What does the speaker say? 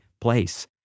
place